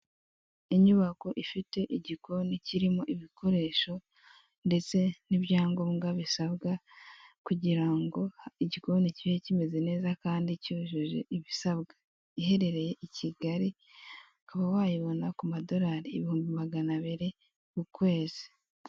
Inyuba ko ifite igikoni kirimo ibikoresho ndetse n'ibyangombwa bisabwa kugirango igikoni kiba kimeze neza kandi cyujuje ibisabwa, iherereye i Kigali ukaba wayibona ku madorari ibihumbi maganabiri ku kwezi.